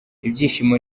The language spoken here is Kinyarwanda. ibyishimo